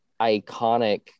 iconic